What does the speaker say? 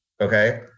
Okay